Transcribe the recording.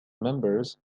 members